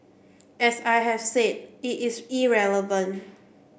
as I have said it is irrelevant